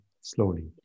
slowly